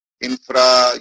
infra